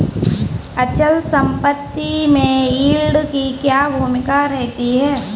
अचल संपत्ति में यील्ड की क्या भूमिका रहती है?